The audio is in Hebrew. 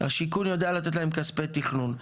השיכון יודע לתת להם כספי תכנון,